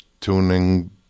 tuning